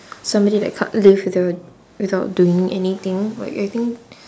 somebody that can't live without without doing anything like I think